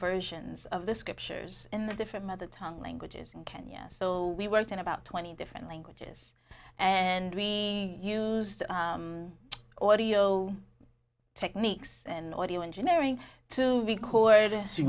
versions of the scriptures in the different mother tongue languages in kenya so we worked in about twenty different languages and we used or audio techniques and audio engineering to record